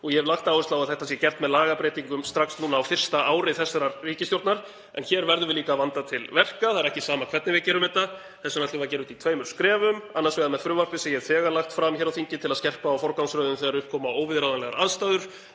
og ég hef lagt áherslu á að þetta sé gert með lagabreytingum strax núna á fyrsta ári þessarar ríkisstjórnar. En hér verðum við líka að vanda til verka. Það er ekki sama hvernig við gerum þetta. Þess vegna ætlum við að gera þetta í tveimur skrefum. Annars vegar með frumvarpi sem ég hef þegar lagt fram hér á þingi til að skerpa á forgangsröðun þegar upp koma óviðráðanlegar aðstæður